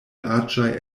aĝaj